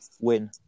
Win